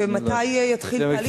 ומתי יתחיל תהליך,